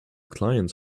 clients